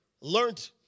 learned